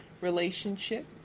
relationship